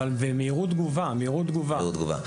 אבל במהירות תגובה מהירות תגובה.